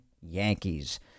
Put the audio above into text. Yankees